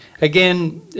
again